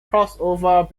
crossover